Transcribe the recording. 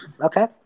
Okay